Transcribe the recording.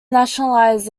nationalized